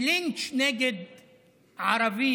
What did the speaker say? לינץ' נגד ערבי,